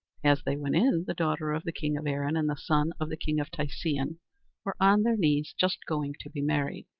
as they went in, the daughter of the king of erin and the son of the king of tisean were on their knees just going to be married.